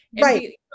Right